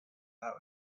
out